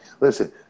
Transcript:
Listen